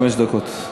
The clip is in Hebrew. חמש דקות.